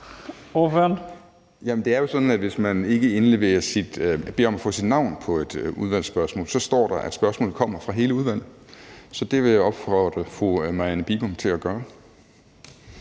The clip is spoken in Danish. Birk Olesen (LA): Det er jo sådan, at hvis man ikke beder om at få sit navn på et udvalgsspørgsmål, så står der, at spørgsmålet kommer fra hele udvalget. Så sådan vil jeg opfordre fru Marianne Bigum til at gøre